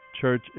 church